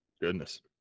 goodness